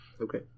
Okay